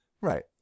Right